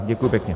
Děkuji pěkně.